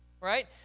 right